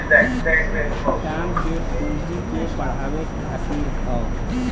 काम के पूँजी के बढ़ावे खातिर हौ